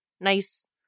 nice